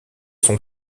son